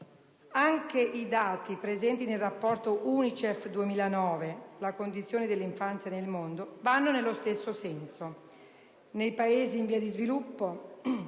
Anche i dati presenti nel rapporto UNICEF 2009 «La Condizione dell'infanzia nel mondo» vanno nello stesso senso: nei Paesi in via di sviluppo,